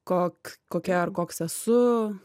kok kokia koks esu